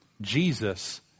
Jesus